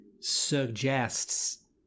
suggests